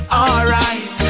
alright